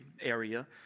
area